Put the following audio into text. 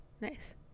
Nice